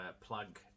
plug